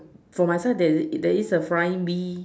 for my side there's there's a flying bee